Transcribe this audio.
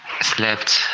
slept